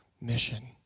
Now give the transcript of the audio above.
mission